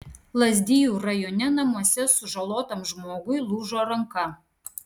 lazdijų rajone namuose sužalotam žmogui lūžo ranka